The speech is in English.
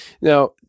Now